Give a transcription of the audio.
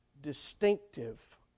distinctive